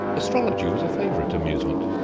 astrology was a favorite amusement,